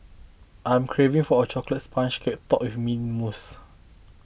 I am craving for a Chocolate Sponge Cake Topped with Mint Mousse